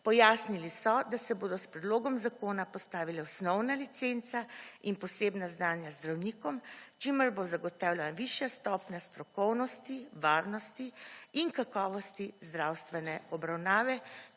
Pojasnilo so, da se bodo s predlogom zakona postavila osnovna licenca in posebna znanja z zdravnikom, čemur bo zagotovljena višja stopnja strokovnosti, varnosti in kakovosti zdravstvene obravnave,